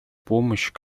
помощь